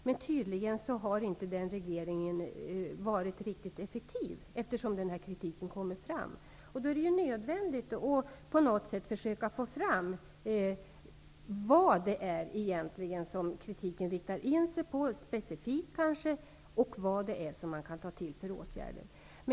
Men regleringen har tydligen inte varit riktigt effektiv, eftersom denna kritik kommer fram. Därför är det nödvändigt att försöka få fram vad kritiken egentligen riktar in sig på och vilka åtgärder man kan ta till.